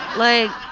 like,